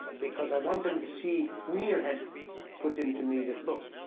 because i wanted them to see wiener had put into me that, look,